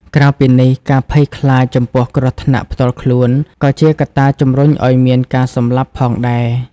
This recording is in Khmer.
ក្រៅពីនេះ ការភ័យខ្លាចចំពោះគ្រោះថ្នាក់ផ្ទាល់ខ្លួន ក៏ជាកត្តាជំរុញឲ្យមានការសម្លាប់ផងដែរ។